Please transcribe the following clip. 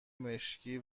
مشکی